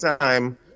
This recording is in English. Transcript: time